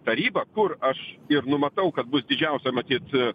taryba kur aš ir numatau kad bus didžiausia matyt